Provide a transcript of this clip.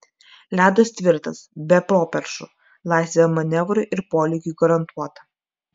ledas tvirtas be properšų laisvė manevrui ir polėkiui garantuota